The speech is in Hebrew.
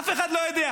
אף אחד לא יודע.